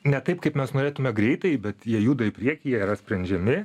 ne taip kaip mes norėtume greitai bet jie juda į priekį jie yra sprendžiami